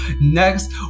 next